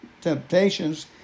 temptations